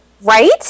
Right